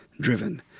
driven